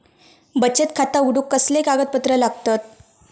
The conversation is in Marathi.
बचत खाता उघडूक कसले कागदपत्र लागतत?